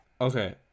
Okay